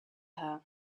her